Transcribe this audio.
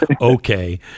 okay